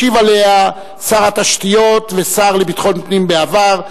ישיב עליה שר התשתיות והשר לביטחון הפנים בעבר,